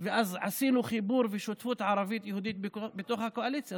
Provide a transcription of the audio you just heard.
עשינו בפעם הראשונה חיבור ושותפות ערבית-יהודית בתוך הקואליציה,